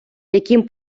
яким